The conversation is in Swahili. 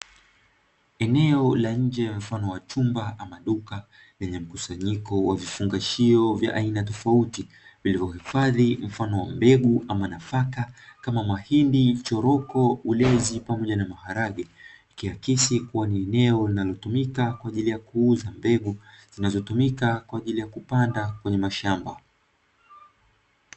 Eneo la nje mfano wa chumba ama duka, lenye mkusanyiko wa vifungashio vya aina tofauti, vilivyohifadhi mfano wa mbegu ama nafaka kama mahindi, choroko, ulezi pamoja na maharage. Ikiasi kuwa ni eneo linalotumika kwa ajili ya kuuza mbegu, zinazotumika kwa ajili ya kupanda kwenye mashamba.